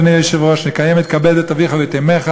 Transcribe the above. אדוני היושב-ראש: נקיים את כבד את אביך ואת אמך,